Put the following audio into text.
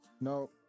No